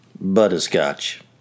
Butterscotch